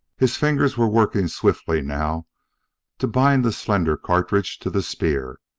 his fingers were working swiftly now to bind the slender cartridge to the spear.